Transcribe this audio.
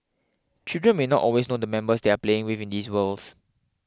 children may not always know the members they are playing with in these worlds